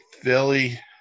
Philly